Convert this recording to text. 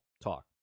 talk